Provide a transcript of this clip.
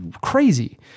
crazy